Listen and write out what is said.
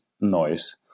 noise